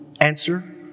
answer